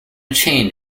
change